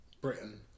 Britain